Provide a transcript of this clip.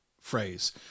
phrase